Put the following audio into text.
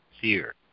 fear